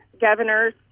governor's